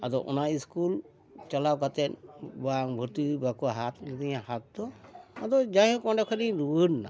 ᱟᱫᱚ ᱚᱱᱟ ᱥᱠᱩᱞ ᱪᱟᱞᱟᱣ ᱠᱟᱛᱮᱫ ᱵᱟᱝ ᱵᱷᱚᱨᱛᱤ ᱵᱟᱠᱚ ᱦᱟᱛᱟᱣ ᱞᱤᱫᱤᱧᱟ ᱦᱟᱛᱟᱣ ᱫᱚ ᱟᱫᱚ ᱡᱟᱭᱦᱳᱠ ᱚᱸᱰᱮ ᱠᱷᱚᱱᱤᱧ ᱨᱩᱣᱟᱹᱲᱮᱱᱟ